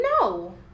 No